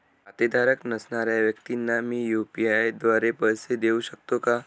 खातेधारक नसणाऱ्या व्यक्तींना मी यू.पी.आय द्वारे पैसे देऊ शकतो का?